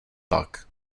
tak